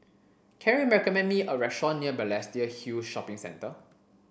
can you recommend me a restaurant near Balestier Hill Shopping Centre